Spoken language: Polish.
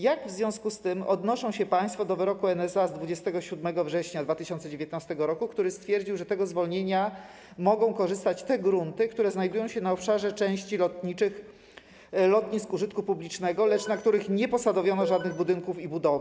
Jak w związku z tym odnoszą sią państwo do wyroku NSA z 27 września 2019 r., który stwierdził, że z tego zwolnienia mogą korzystać te grunty, które znajdują się na obszarze części lotniczych lotnisk użytku publicznego, lecz na których nie posadowiono żadnych budynków i budowli?